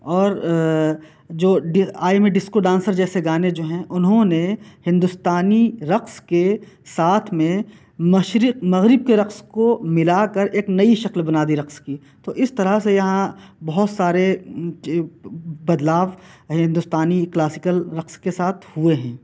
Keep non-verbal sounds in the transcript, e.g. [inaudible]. اور جو [unintelligible] جیسے گانے جو ہیں انہوں نے ہندوستانی رقص کے ساتھ میں مشرق مغرب کے رقص کو ملا کر ایک نئی شکل بنا دی رقص کی تو اس طرح سے یہاں بہت سارے بدلاؤ ہندوستانی کلاسکل رقص کے ساتھ ہوئے ہیں